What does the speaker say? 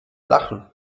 lachen